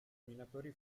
minatori